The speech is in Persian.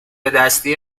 دستی